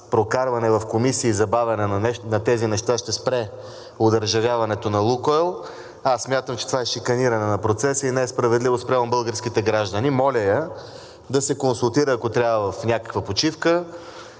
прокарване в комисии и забавяне на тези неща ще спре одържавяването на „Лукойл“, аз смятам, че това е шиканиране на процеса и не е справедливо спрямо българските граждани. Моля я да се консултира, ако трябва, в някаква почивка